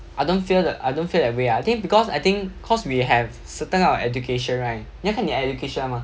I don't feel that I don't feel that way ah I think because I think cause we have certain route of education right 你要看你 education mah